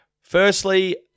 Firstly